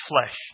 flesh